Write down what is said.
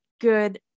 good